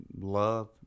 love